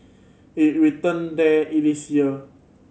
it return there in this year